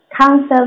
counseling